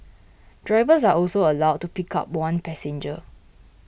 drivers are also allowed to pick up one passenger